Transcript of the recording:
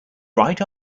right